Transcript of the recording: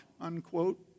unquote